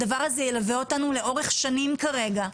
הדבר הזה ילווה אותנו לאורך שנים כרגע,